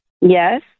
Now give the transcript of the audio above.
Yes